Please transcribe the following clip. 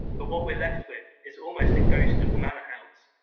but what we're left with is almost a ghost of the manor house.